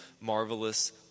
marvelous